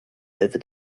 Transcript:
over